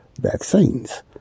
vaccines